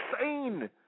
insane